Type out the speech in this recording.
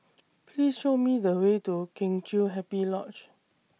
Please Show Me The Way to Kheng Chiu Happy Lodge